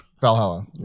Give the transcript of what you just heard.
Valhalla